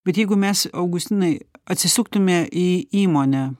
bet jeigu mes augustinai atsisuktume į įmonę